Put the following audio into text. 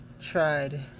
Tried